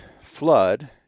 flood